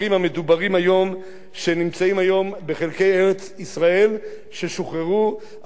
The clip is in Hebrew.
מי שנמצאים היום בחלקי ארץ-ישראל ששוחררו אחרי מלחמת ששת הימים,